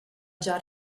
già